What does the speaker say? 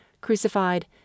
crucified